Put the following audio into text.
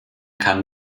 kann